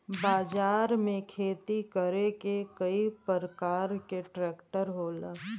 बाजार में खेती करे के कई परकार के ट्रेक्टर होला